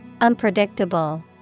unpredictable